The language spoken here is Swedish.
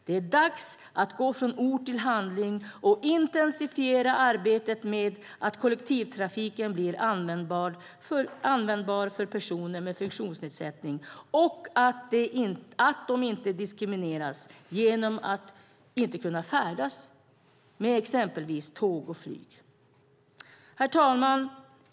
Det är dags att gå från ord till handling och intensifiera arbetet med att kollektivtrafiken ska bli användbar för personer med funktionsnedsättning och att de inte diskrimineras genom att inte kunna färdas med exempelvis tåg och flyg. Herr talman!